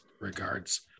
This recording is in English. regards